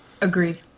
Agreed